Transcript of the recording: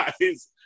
guys